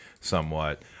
somewhat